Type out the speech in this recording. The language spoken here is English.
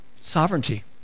sovereignty